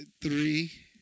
three